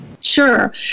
Sure